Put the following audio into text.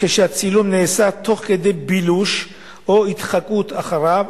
כשהצילום נעשה תוך כדי בילוש או התחקות אחריו,